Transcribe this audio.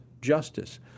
justice